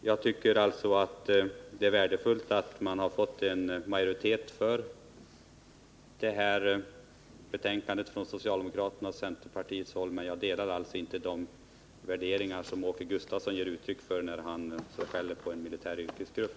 Jag tycker det är värdefullt att socialdemokraterna och centern har fått majoritet för sina ståndpunkter i utskottet, men jag delar inte de värderingar som Åke Gustavsson ger uttryck för när han skäller på en militär yrkesgrupp.